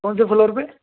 کونسے floor پہ